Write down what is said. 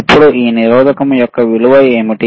ఇప్పుడు ఈ నిరోధకం యొక్క విలువ ఏమిటి